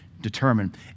determined